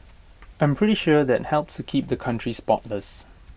I'm pretty sure that helps keep the country spotless